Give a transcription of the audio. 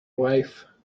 wife